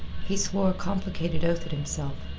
he swore a complicated oath at himself.